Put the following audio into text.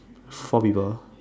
four people